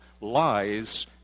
lies